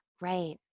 Right